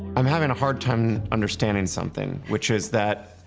i'm having a hard time understanding something, which is that,